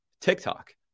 tiktok